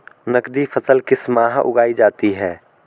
नकदी फसल किस माह उगाई जाती है?